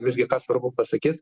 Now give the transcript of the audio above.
visgi ką svarbu pasakyt